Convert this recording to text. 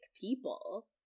people